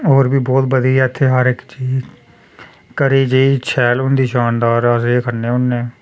होर बी बोह्त बधिया ऐ इत्थें हर इक चीज घरै दी शैल होंदी शानदार अस ते खन्ने होन्ने